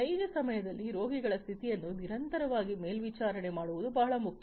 ನೈಜ ಸಮಯದಲ್ಲಿ ರೋಗಿಗಳ ಸ್ಥಿತಿಯನ್ನು ನಿರಂತರವಾಗಿ ಮೇಲ್ವಿಚಾರಣೆ ಮಾಡುವುದು ಬಹಳ ಮುಖ್ಯ